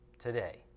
today